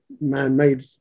man-made